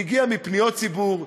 היא הגיעה מפניות ציבור,